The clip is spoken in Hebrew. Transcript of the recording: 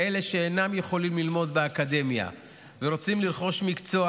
כאלה שאינם יכולים ללמוד באקדמיה ורוצים לרכוש מקצוע